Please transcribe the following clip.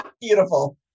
Beautiful